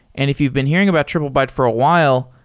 and if you've been hearing about triplebyte for a while,